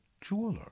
jeweler